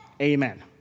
Amen